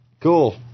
Cool